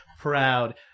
proud